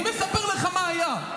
אני מספר לך מה היה.